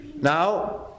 Now